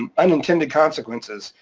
um unintended consequences.